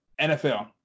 NFL